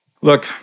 Look